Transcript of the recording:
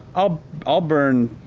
i'll i'll burn,